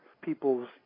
people's